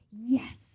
yes